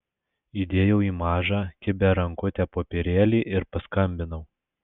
įdėjau į mažą kibią rankutę popierėlį ir paskambinau